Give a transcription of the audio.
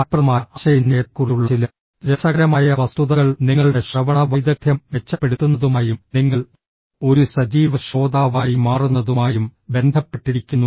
ഫലപ്രദമായ ആശയവിനിമയത്തെക്കുറിച്ചുള്ള ചില രസകരമായ വസ്തുതകൾ നിങ്ങളുടെ ശ്രവണ വൈദഗ്ദ്ധ്യം മെച്ചപ്പെടുത്തുന്നതുമായും നിങ്ങൾ ഒരു സജീവ ശ്രോതാവായി മാറുന്നതുമായും ബന്ധപ്പെട്ടിരിക്കുന്നു